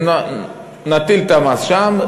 נטיל את המס שם,